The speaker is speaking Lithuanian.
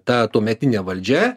ta tuometinė valdžia